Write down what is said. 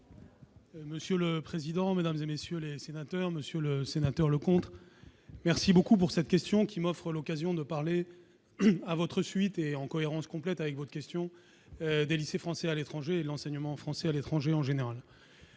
Monsieur le président, Mesdames et messieurs les sénateurs, Monsieur le Sénateur, le merci beaucoup pour cette question qui m'offre l'occasion de parler à votre suite et en cohérence complète avec votre question des lycées français à l'étranger l'enseignement français à l'étranger en général,